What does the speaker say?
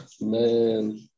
Man